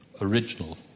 original